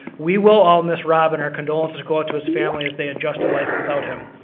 we will all miss rob and our condolences go to his family as they adjust to life without him.